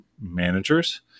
managers